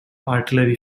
artillery